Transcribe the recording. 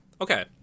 Okay